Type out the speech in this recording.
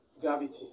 Gravity